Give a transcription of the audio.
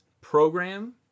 program